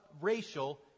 racial